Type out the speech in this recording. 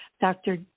Dr